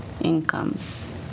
incomes